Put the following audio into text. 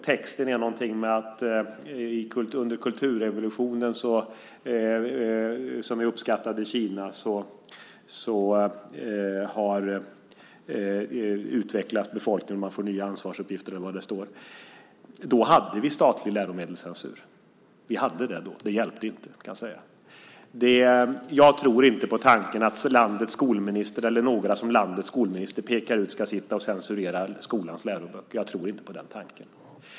Texten är något i stil med att under kulturrevolutionen som är uppskattad i Kina har befolkningen utvecklats och man får nya ansvarsuppgifter. Då hade vi statlig läromedelscensur. Det hjälpte inte, kan jag säga. Jag tror inte på tanken att landets skolminister eller några som landets skolminister pekar ut ska censurera skolans läroböcker. Jag tror inte på den tanken.